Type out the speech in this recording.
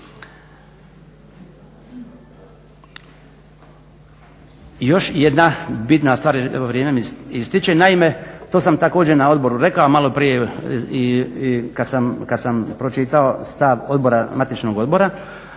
Još jedna bitna stvar, evo vrijeme mi ističe. Naime, to sam također na odboru rekao, a maloprije kad sam i pročitao stav odbora, matičnog odbora